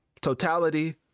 totality